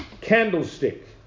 candlestick